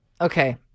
Okay